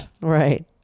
Right